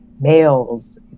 males